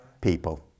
people